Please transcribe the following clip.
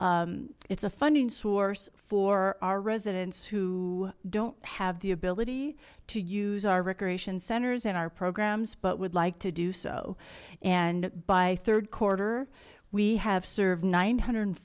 it's a funding source for our residents who don't have the ability to use our recreation centers and our programs but would like to do so and by third quarter we have served nine hundred and